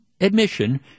admission